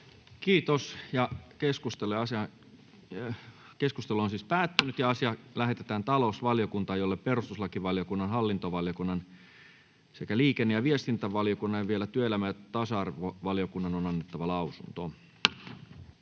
asia. Puhemiesneuvosto ehdottaa, että asia lähetetään talousvaliokuntaan, jolle perustuslakivaliokunnan, hallintovaliokunnan, liikenne- ja viestintävaliokunnan ja työelämä- ja tasa-arvovaliokunnan on annettava lausunto.